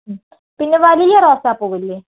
മ് പിന്നെ വലിയ റോസാപ്പൂവില്ലേ